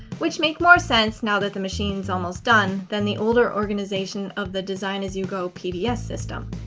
which make more sense now that the machine's almost done, than the older organization of the design-as-you-go pbs system.